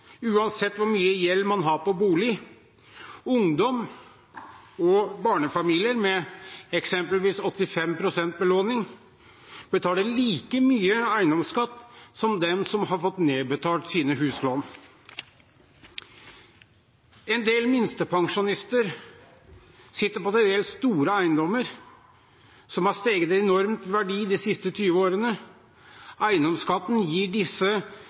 uansett hvor mye gjeld man har på bolig. Ungdom og barnefamilier med eksempelvis 85 pst. belåning betaler like mye eiendomsskatt som dem som har fått nedbetalt sine huslån. En del minstepensjonister sitter på til dels store eiendommer som har steget enormt i verdi de siste 20 årene. Eiendomsskatten gir disse